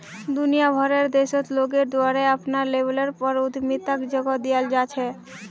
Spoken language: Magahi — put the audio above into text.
दुनिया भरेर देशत लोगेर द्वारे अपनार लेवलेर पर उद्यमिताक जगह दीयाल जा छेक